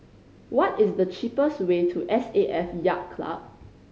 what is the cheapest way to S A F Yacht Club